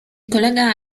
kolega